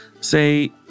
say